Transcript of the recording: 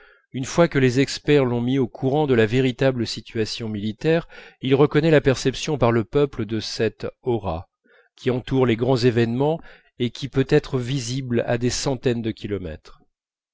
une fois que les experts l'ont mis au courant de la véritable situation militaire il reconnaît la perception par le peuple de cette aura qui entoure les grands événements et qui peut être visible à des centaines de kilomètres